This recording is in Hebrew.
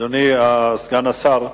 אדוני סגן השר,